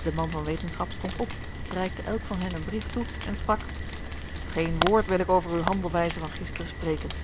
de man van wetenschap stond op reikte elk van hen een brief toe en sprak geen woord wil ik over uwe handelwijze van gisteren spreken